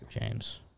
James